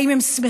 האם הם שמחים?